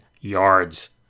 yards